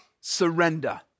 Surrender